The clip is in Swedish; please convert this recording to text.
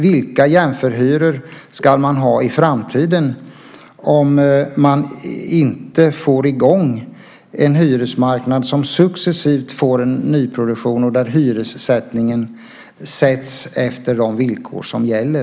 Vilka jämförhyror ska man ha i framtiden om man inte får i gång en hyresmarknad som successivt får en nyproduktion och där hyrorna sätts efter de villkor som gäller?